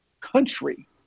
country